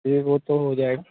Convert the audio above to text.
ये वो तो हो जायेगा